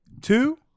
two